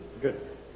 Good